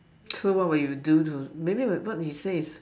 so what would you do to maybe what they say is